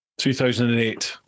2008